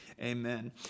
Amen